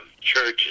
churches